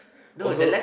also